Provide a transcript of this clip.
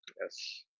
Yes